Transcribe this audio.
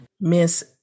Miss